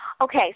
Okay